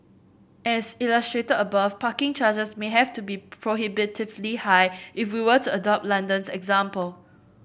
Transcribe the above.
as illustrated above parking charges may have to be prohibitively high if we were to adopt London's example